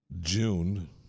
June